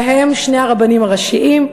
ובהם שני הרבנים הראשיים,